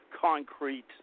concrete